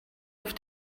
auf